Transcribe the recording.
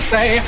Say